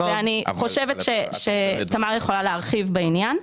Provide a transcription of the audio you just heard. ואני חושבת שתמר יכולה להרחיב בעניין.